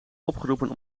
opgeroepen